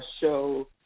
show